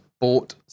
bought